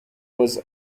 was